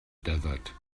desert